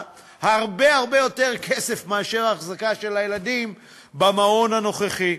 הרבה הרבה יותר כסף מאשר החזקה של הילדים במעון הנוכחי,